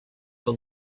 the